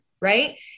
right